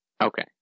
Okay